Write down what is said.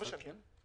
אני לא משקר.